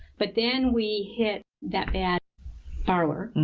but then we hit that bad borrower,